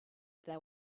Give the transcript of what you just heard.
there